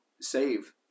save